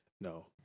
no